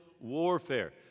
warfare